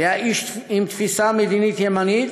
הוא היה איש עם תפיסה מדינית ימנית,